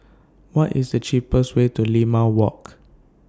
What IS The cheapest Way to Limau Walk